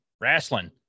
wrestling